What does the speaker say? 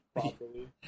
properly